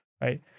right